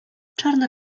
czarna